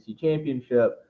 championship